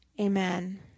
amen